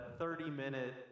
30-minute